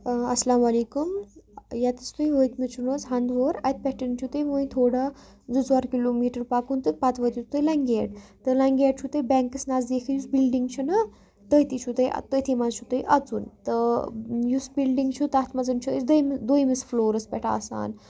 السلامُ علیکُم ییٚتَس تُہۍ وٲتمٕتۍ چھُو نہ حظ ہنٛدوور اَتہِ پٮ۪ٹھ چھُ تۄہہِ وٕنۍ تھوڑا زٕ ژور کِلوٗمیٖٹر پَکُن تہٕ پَتہٕ وٲتِو تُہۍ لنگیٹ تہٕ لنگیٹ چھُ تۄہہِ بینٛکَس نزدیٖکٕے یُس بِلڈِںٛگ چھِ نہ تٔتی چھُو تۄہہِ تٔتھی منٛز چھُو تۄہہِ اَژُن تہٕ یُس بِلڈِنٛگ چھُ تَتھ منٛزن چھُ أسۍ دوٚیِمہِ دوٚیمِس فٕلورَس پٮ۪ٹھ آسان